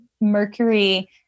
Mercury